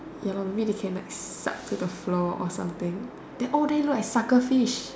ya err maybe they can like stuck to the floor or something then oh they all look at sucker fish